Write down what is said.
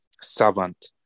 servant